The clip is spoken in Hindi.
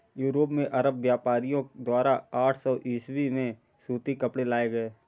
यूरोप में अरब व्यापारियों द्वारा आठ सौ ईसवी में सूती कपड़े लाए गए